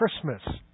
Christmas